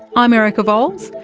i'm erica vowles,